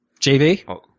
JV